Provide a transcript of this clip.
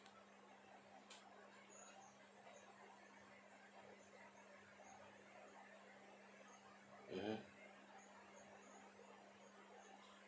mmhmm